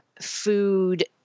food